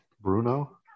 Bruno